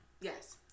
Yes